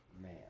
man